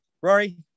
Rory